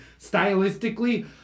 stylistically